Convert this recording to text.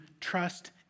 trust